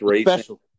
special